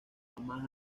jamás